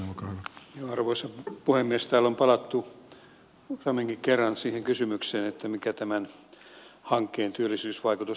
täällä on palattu useammankin kerran siihen kysymykseen mikä tämän hankkeen työllisyysvaikutus on